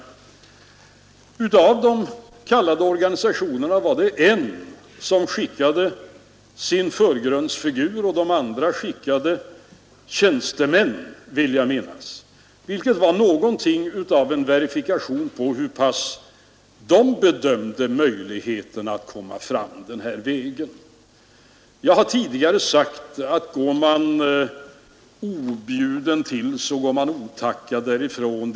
Men av de kallade organisatio nerna var det bara en som skickade sin förgrundsfigur, de andra vill jag minnas skickade någon av sina tjänstemän. Och det var ju en verifikation på hur man i de organisationerna bedömde möjligheterna att komma fram den vägen. Jag har tidigare sagt, att går man objuden till, så går man otackad därifrån.